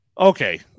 Okay